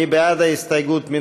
מי בעד ההסתייגות?